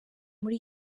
muri